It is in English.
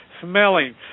smelling